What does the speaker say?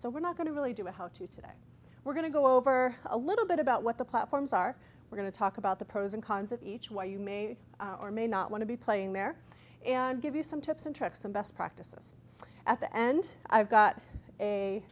so we're not going to really do a how to today we're going to go over a little bit about what the platforms are we're going to talk about the pros and cons of each why you may or may not want to be playing there and give you some tips and tricks and best practices at the end i've got a